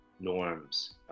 Norms